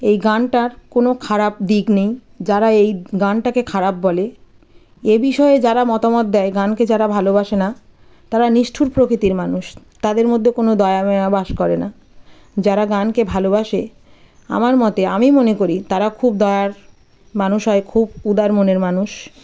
এই গানটার কোনও খারাপ দিক নেই যারা এই গানটাকে খারাপ বলে এ বিষয়ে যারা মতামত দেয় গানকে যারা ভালোবাসে না তারা নিষ্ঠুর প্রকৃতির মানুষ তাদের মধ্যে কোনও দয়া মায়া বাস করে না যারা গানকে ভালোবাসে আমার মতে আমি মনে করি তারা খুব দয়ার মানুষ হয় খুব উদার মনের মানুষ